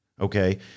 okay